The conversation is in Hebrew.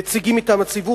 נציגים מטעם הציבור,